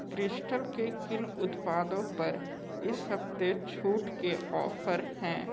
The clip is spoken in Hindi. क्रिस्टल के किन उत्पादों पर इस हफ़्ते छूट के ऑफर हैं